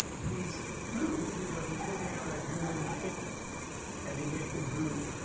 he's blue because he's looking out at human sickness and it makes him blue.